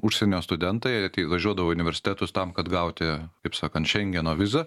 užsienio studentai važiuodavo į universitetus tam kad gauti taip sakant šengeno vizą